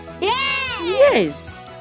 yes